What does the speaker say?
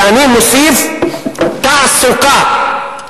ואני מוסיף: תעסוקה.